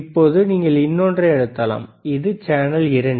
இப்போது நீங்கள் இன்னொன்றை அழுத்தலாம் இது சேனல் இரண்டு